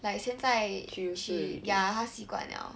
like 现在 she ya 她习惯了